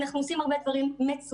אנחנו עושים הרבה דברים מצוין,